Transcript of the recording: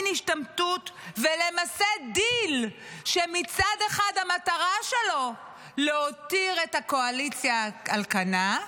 השתמטות ולמסד דיל שמצד אחד המטרה שלו להותיר את הקואליציה על כנה,